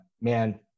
man